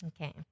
Okay